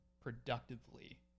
productively